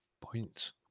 points